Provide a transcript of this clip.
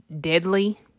deadly